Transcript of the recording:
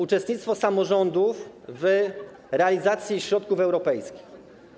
Uczestnictwo samorządów w realizacji środków europejskich.